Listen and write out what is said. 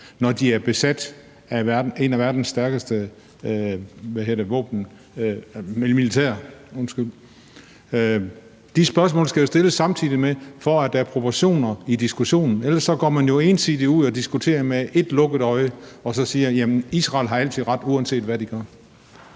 når de er besat af et af verdens stærkeste militær. De spørgsmål skal jo stilles samtidig, for at der er proportioner i diskussionen. Ellers går man jo ensidigt ud og diskuterer med ét lukket øje og siger: Israel har altid ret, uanset hvad de gør.